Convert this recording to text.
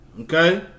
Okay